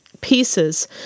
pieces